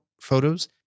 photos